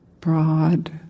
broad